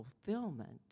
fulfillment